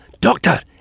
Doctor